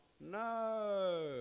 no